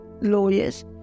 lawyers